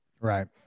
Right